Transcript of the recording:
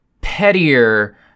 pettier